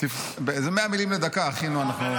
מאה מילים לדקה, אחינו.